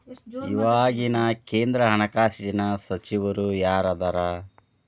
ಇವಾಗಿನ ಕೇಂದ್ರ ಹಣಕಾಸಿನ ಸಚಿವರು ಯಾರದರ